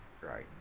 right